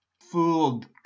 fooled